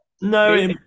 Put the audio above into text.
No